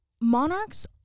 monarchs